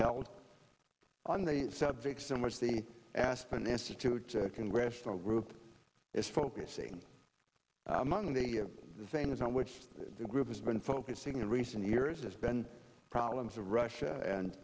held on the subject so much the aspen institute's congressional group is focusing on monday of the same as on which the group has been focusing in recent years has been problems of russia and